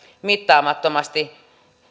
mittaamattomasti